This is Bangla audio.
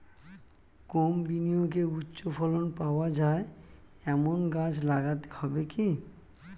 কম বিনিয়োগে উচ্চ ফলন পাওয়া যায় এমন গাছ লাগাতে হবে কি?